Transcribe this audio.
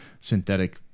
synthetic